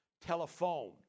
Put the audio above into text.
telephone